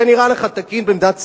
זה נראה לך תקין במדינת ישראל?